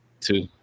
Two